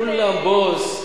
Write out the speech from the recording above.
כולם, בוס.